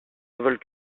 veulent